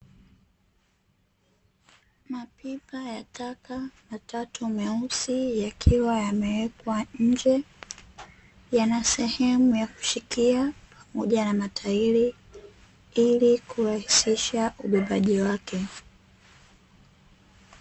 Mapipa ya taka matatu meusi, yakiwa yamewekwa nje, yana sehemu ya kushikia pamoja na matairi, ili kurahisisha ubebaji wake.